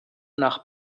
nach